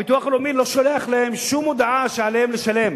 הביטוח הלאומי לא שולח להם שום הודעה שעליהם לשלם.